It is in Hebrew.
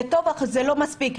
זה טוב אבל זה לא מספיק.